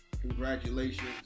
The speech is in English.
Congratulations